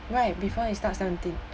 right before you start seventeen